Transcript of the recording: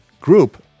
group